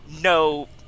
no